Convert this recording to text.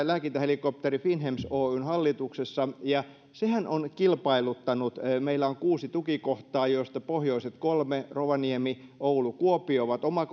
lääkintähelikopteriyhtiö finnhems oyn hallituksessa ja sehän on kilpailuttanut meillä on kuusi tukikohtaa joista pohjoiset kolme rovaniemi oulu kuopio ovat oma